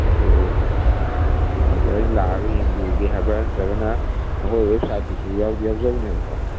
ꯑꯗꯨ ꯕ꯭ꯔꯗꯔ ꯍꯣꯏ ꯂꯥꯛꯑꯒ ꯌꯦꯡꯕꯤꯒꯦ ꯍꯥꯏꯕ꯭ꯔꯥ ꯅꯠꯇ꯭ꯔꯒꯅ ꯑꯩꯈꯣꯏ ꯋꯦꯕꯁꯥꯏꯠꯇꯁꯨ ꯌꯥꯎꯗꯤ ꯌꯥꯎꯖꯕꯅꯦꯕꯀꯣ